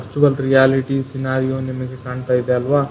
virtual reality scenario ನಿಮಗೆ ಕಾಣ್ತಾ ಇದೆ ಅಲ್ವಾ